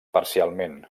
parcialment